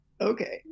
okay